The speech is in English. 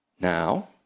Now